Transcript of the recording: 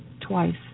twice